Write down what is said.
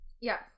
Yes